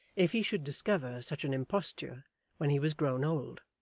if he should discover such an imposture when he was grown old.